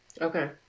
Okay